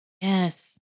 Yes